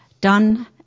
Done